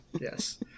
Yes